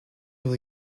will